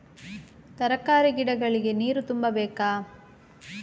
ತರಕಾರಿ ಗಿಡಗಳಿಗೆ ನೀರು ತುಂಬಬೇಕಾ?